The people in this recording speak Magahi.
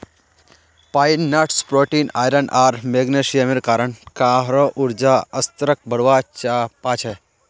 पाइन नट्स प्रोटीन, आयरन आर मैग्नीशियमेर कारण काहरो ऊर्जा स्तरक बढ़वा पा छे